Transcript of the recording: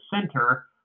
center